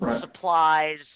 supplies